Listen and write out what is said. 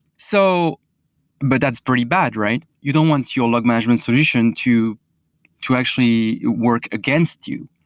so but that's pretty bad, right? you don't want your log management solution to to actually work against you.